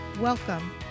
Welcome